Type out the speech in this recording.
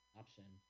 option